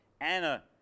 Anna